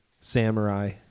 samurai